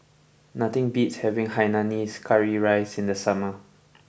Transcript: nothing beats having Hainanese Curry Rice in the summer